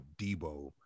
debo